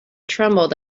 trembled